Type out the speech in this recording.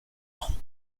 bon